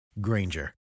Granger